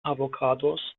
avocados